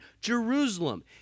Jerusalem